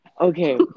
Okay